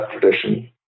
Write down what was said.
tradition